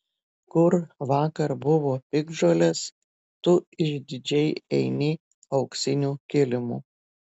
kur vakar buvo piktžolės tu išdidžiai eini auksiniu kilimu